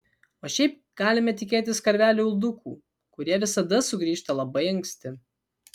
o šiaip galime tikėtis karvelių uldukų kurie visada sugrįžta labai anksti